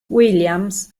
williams